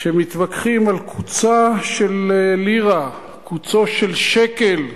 כשמתווכחים על קוצה של לירה, על קוצו של שקל,